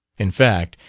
in fact,